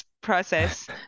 process